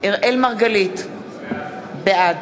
אראל מרגלית, בעד